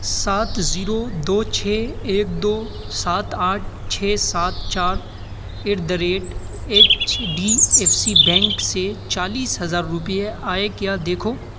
سات زیرو دو چھ ایک دو سات آٹھ چھ سات چار at the rate H D F C bank سے چالیس ہزار روپئے آئے کیا دیکھو